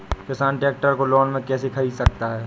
किसान ट्रैक्टर को लोन में कैसे ख़रीद सकता है?